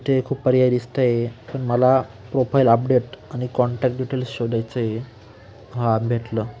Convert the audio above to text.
इथे खूप पर्याय दिसत आहे पण मला प्रोफाईल अपडेट आणि कॉन्टॅक्ट डिटेल्स शोधायचे आहे हां भेटलं